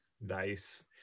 Nice